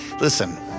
Listen